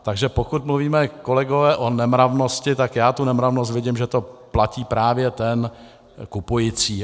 Takže pokud mluvíme, kolegové, o nemravnosti, tak já tu nemravnost vidím, že to platí právě ten kupující.